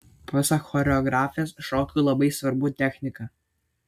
pasak choreografės šokiui labai svarbu technika